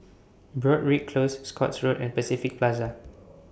Broadrick Close Scotts Road and Pacific Plaza